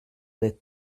des